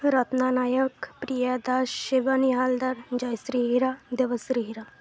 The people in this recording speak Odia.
ରତ୍ନା ନାୟକ ପ୍ରିୟା ଦାସ ଶିବାନିି ହା ଲଦର ଜୟଶ୍ରୀ ହୀରା ଦେବଶ୍ରୀ ହୀରା